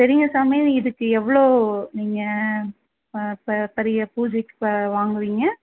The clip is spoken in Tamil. சரிங்க சாமி இதுக்கு எவ்வளோ நீங்கள் ப பெரிய பூஜைக்கு வாங்குவீங்க